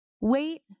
Wait